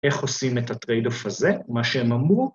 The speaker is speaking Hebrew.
‫איך עושים את ה-Trade-off הזה, ‫מה שהם אמרו.